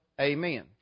amen